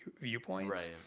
viewpoints